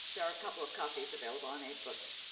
there are a couple of copies available on a books.